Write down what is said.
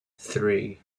three